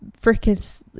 freaking